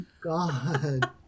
God